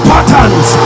Patterns